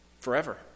forever